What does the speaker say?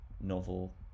novel